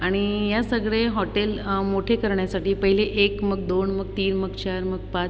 आणि या सगळे हॉटेल मोठे करण्यासाठी पहिले एक मग दोन मग तीन मग चार मग पाच